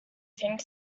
think